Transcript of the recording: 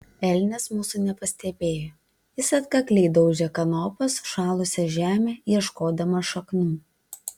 elnias mūsų nepastebėjo jis atkakliai daužė kanopa sušalusią žemę ieškodamas šaknų